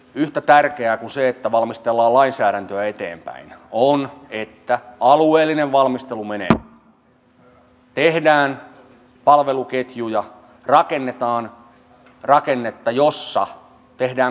yhtä tärkeää kuin se että valmistellaan lainsäädäntöä eteenpäin on että alueellinen valmistelu menee eteenpäin tehdään palveluketjuja rakennetaan rakennetta jossa tehdään kuntarajariippumattomasti sitä työtä